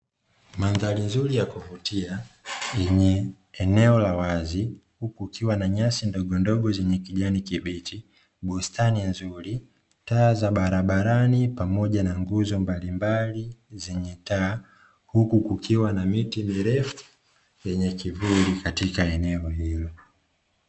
Mandhari nzuri ya kuvutia yenye eneo la wazi huku kukiwa na nyasi ndogondogo zenye kijani kibichi, bustani nzuri, taa za barabarani pamoja na nguzo mbalimbali zenye taa huku kukiwa na miti mirefu yenye kivuli katika eneo hilo.